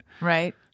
Right